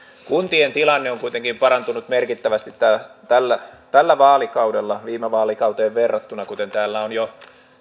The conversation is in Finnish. kuntien tilanne on kuitenkin parantunut merkittävästi tällä tällä vaalikaudella viime vaalikauteen verrattuna kuten täällä on jo